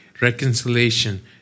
reconciliation